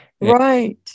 Right